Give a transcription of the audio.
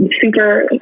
super